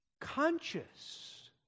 conscious